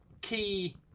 key